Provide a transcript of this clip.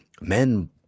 men